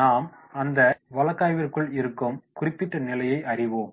நாம் அந்த வழக்காய்விற்குள் இருக்கும் குறிப்பிட்ட நிலையை அறிவோம்